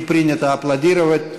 (אומר ברוסית: